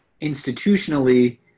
institutionally